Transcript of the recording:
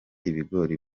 ibigori